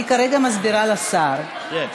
חברי הכנסת, דקה, אני כרגע מסבירה לשר, כן.